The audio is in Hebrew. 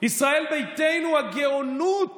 ישראל ביתנו, הגאונות